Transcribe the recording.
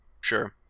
Sure